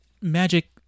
magic